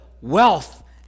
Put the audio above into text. wealth